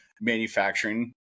manufacturing